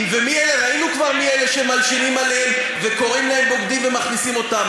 וראינו כבר מי אלה שמלשינים עליהם וקוראים להם בוגדים ומכניסים אותם.